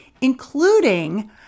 including